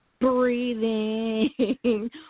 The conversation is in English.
breathing